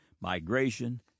migration